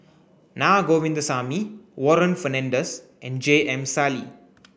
Na Govindasamy Warren Fernandez and J M Sali